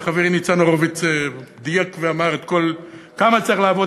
וחברי ניצן הורוביץ דייק ואמר כמה צריך לעבוד